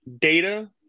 data